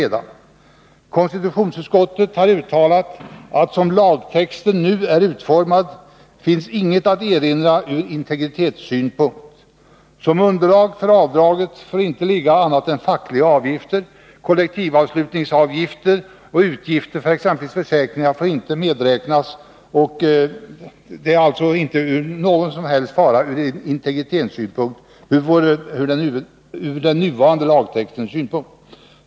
Konstitutionsutskottet har uttalat att det som lagtexten nu är utformad inte finns något att erinra ur integritetssynpunkt. Som underlag för avdraget får inte ligga annat än fackliga avgifter. Kollektivanslutningsavgifter och utgifter för exempelvis försäkringar får inte medräknas. Det är alltså med den 139 nuvarande lagtexten inte någon som helst fara ur integritetssynpunkt.